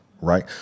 right